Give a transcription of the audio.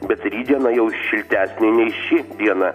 bet rytdiena jau šiltesnė nei ši diena